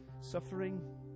suffering